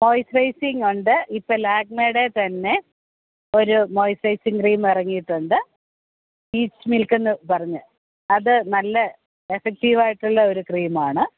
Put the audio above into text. moisturising ഉണ്ട് ഇപ്പോൾ ലാക്മെയു ടെ തന്നെ ഒരു മോയിസ്ച്ചറൈസിംഗ് ക്രീം ഇറങ്ങിയിട്ടുണ്ട് പീച്ച് മിൽക്കെന്നു പറഞ്ഞ് അത് നല്ല എഫ്ഫക്ടീവായിട്ടുള്ള ഒരു ക്രീമാണ്